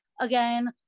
again